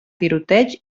tiroteig